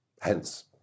Hence